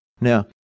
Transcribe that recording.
Now